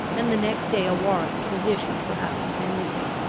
and the next day a warrant was issued for apprehending him.